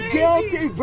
guilty